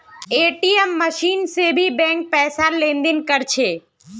ATM machine से भी bank पैसार लेन देन कर छे